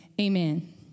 amen